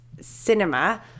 cinema